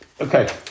Okay